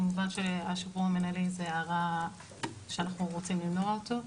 כמובן שהשחרור המנהלי זה הרע שאנחנו רוצים למנוע אותו.